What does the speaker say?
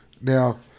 Now